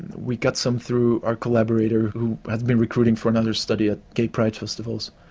and we get some through our collaborator who has been recruiting for another study at gay pride festivals.